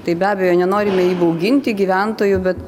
tai be abejo nenorime įbauginti gyventojų bet